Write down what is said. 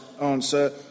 answer